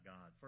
God